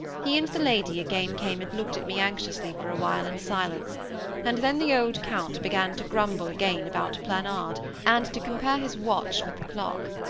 he and the lady again came and looked at me anxiously for a while, in silence and then the old count began to grumble again about planard, and to compare his watch with the clock.